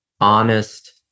honest